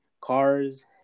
cars